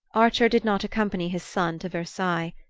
archer did not accompany his son to versailles.